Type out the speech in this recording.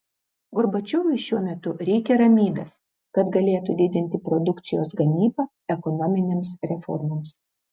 gorbačiovui šiuo metu reikia ramybės kad galėtų didinti produkcijos gamybą ekonominėms reformoms